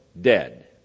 dead